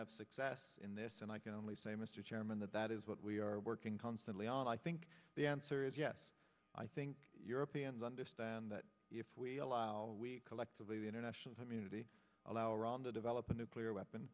have success in this and i can only say mr chairman that that is what we are working constantly and i think the answer is yes i think europeans understand that if we allow we collectively the international community allow iran to develop a nuclear weapon